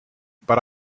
but